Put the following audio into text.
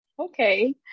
Okay